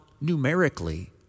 numerically